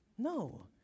No